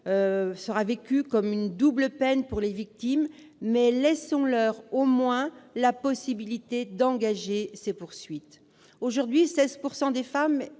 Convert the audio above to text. vécu comme une double peine par les victimes. Mais laissons-leur au moins la possibilité d'engager les poursuites ! Aujourd'hui, 16 % des femmes